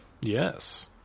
yes